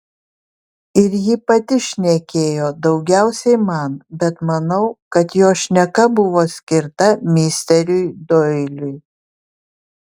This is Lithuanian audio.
ir ji pati šnekėjo daugiausiai man bet manau kad jos šneka buvo skirta misteriui doiliui